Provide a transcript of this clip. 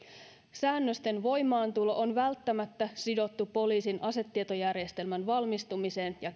säännösten voimaantulo on välttämättä sidottu poliisin asetietojärjestelmän valmistumiseen ja